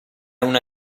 una